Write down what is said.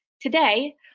Today